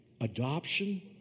adoption